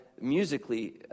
musically